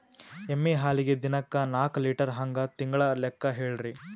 ಎಮ್ಮಿ ಹಾಲಿಗಿ ದಿನಕ್ಕ ನಾಕ ಲೀಟರ್ ಹಂಗ ತಿಂಗಳ ಲೆಕ್ಕ ಹೇಳ್ರಿ?